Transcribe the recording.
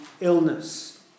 illness